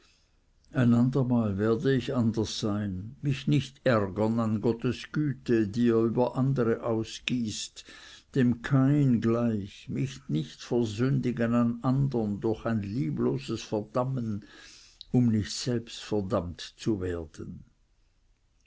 ein andermal werde ich anders sein mich nicht ärgern an gottes güte die er über andere ausgießt dem kain gleich mich nicht versündigen an andern durch ein lieblos verdammen um nicht selbst verdammt zu werden